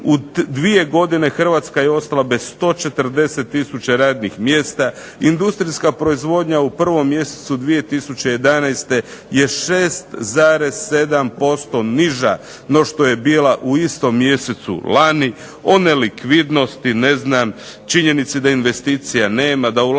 U dvije godine HRvatska je ostala bez 140 tisuća radnih mjesta, industrijska proizvodnja u 1. mjesecu 2011. je 6,7% niža no što je bila u istom mjesecu lani. O nelikvidnosti, činjenici da investicija nema, da ulaganja